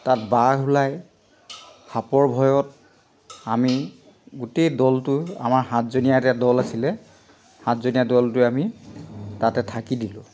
তাত বাঘ ওলাই সাপৰ ভয়ত আমি গোটেই দলটো আমাৰ সাতজনীয়া এটা দল আছিলে সাতজনীয়া দলটোৱে আমি তাতে থাকি দিলোঁ